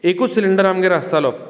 एकूच सिलेंडर आमगेर आसतालो